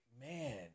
man